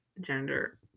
gender